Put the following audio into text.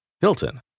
Hilton